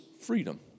freedom